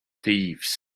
thieves